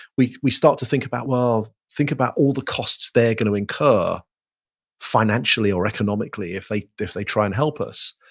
we we start to think about, well, think about all the costs they're going to incur financially or economically if they if they try and help us.